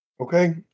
Okay